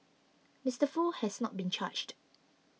Mister Foo has not been charged